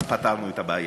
אבל פתרנו את הבעיה.